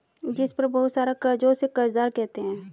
जिस पर बहुत सारा कर्ज हो उसे कर्जदार कहते हैं